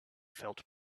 felt